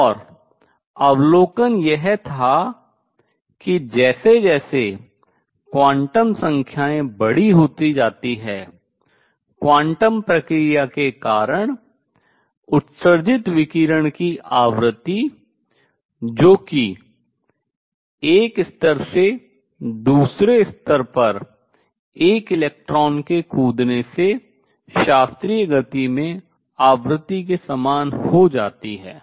और अवलोकन यह था कि जैसे जैसे क्वांटम संख्याएँ बड़ी होती जाती हैं क्वांटम प्रक्रिया के कारण उत्सर्जित विकिरण की आवृत्ति जो कि एक स्तर से दूसरे स्तर पर एक इलेक्ट्रॉन के कूदने से शास्त्रीय गति में आवृत्ति के समान हो जाती है